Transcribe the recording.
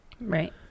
right